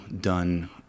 done